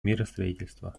миростроительства